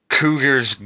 Cougars